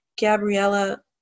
Gabriella